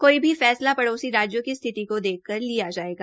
कोई भी फैसला पड़ोसी राज्यों की स्थिति को देखकर लिया जायेगा